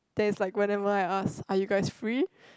then is like whenever I ask are you guys free